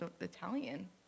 Italian